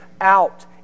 out